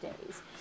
days